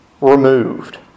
removed